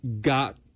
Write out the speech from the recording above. got